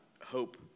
hope